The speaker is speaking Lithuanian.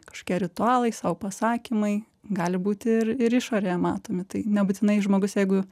kažkokie ritualai sau pasakymai gali būt ir ir išorėje matomi tai nebūtinai žmogus jeigu